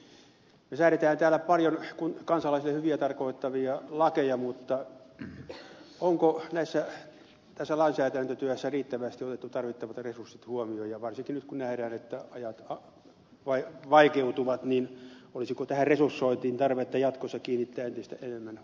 me säädämme täällä kansalaisille paljon hyvää tarkoittavia lakeja mutta onko tässä lainsäädäntötyössä riittävästi otettu tarvittavat resurssit huomioon ja varsinkin nyt kun nähdään että ajat vaikeutuvat olisiko tähän resursointiin tarvetta jatkossa kiinnittää entistä enemmän huomiota